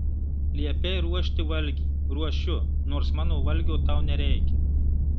liepei ruošti valgį ruošiu nors mano valgio tau nereikia